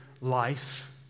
life